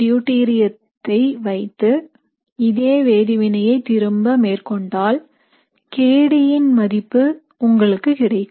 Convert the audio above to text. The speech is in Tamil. டியூடெரியத்தை வைத்து இதே வேதிவினையை திரும்ப மேற்கொண்டால் kD ன் மதிப்பு உங்களுக்கு கிடைக்கும்